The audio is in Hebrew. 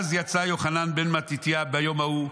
"אז יצא יוחנן בן מתתיה ביום ההוא,